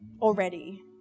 already